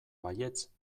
baietz